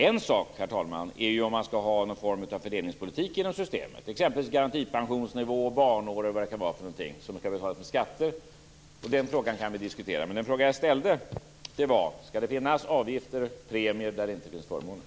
En fråga, herr talman, är om man skall ha någon form av fördelningspolitik inom systemet, exempelvis garantipensionsnivå, barnår eller vad det kan vara för något, som skall betalas med skatter. Den frågan kan vi diskutera. Men den fråga jag ställde var: Skall det finnas avgifter och premier där det inte finns förmåner?